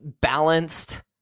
balanced